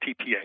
TPA